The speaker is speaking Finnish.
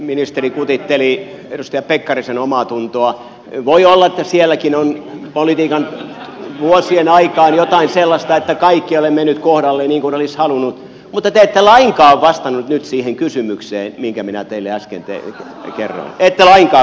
ministeri kutitteli edustaja pekkarisen omaatuntoa voi olla että sielläkin on politiikan vuosien aikaan ollut jotain sellaista että kaikki ei ole mennyt kohdalleen niin kuin olisi halunnut mutta te ette lainkaan vastannut nyt siihen kysymykseen minkä minä teille äsken kerroin ette lainkaan vastannut